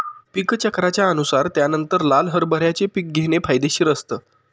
पीक चक्राच्या अनुसार त्यानंतर लाल हरभऱ्याचे पीक घेणे फायदेशीर असतं